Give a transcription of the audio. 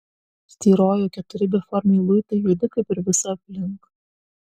styrojo keturi beformiai luitai juodi kaip ir visa aplink